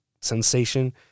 sensation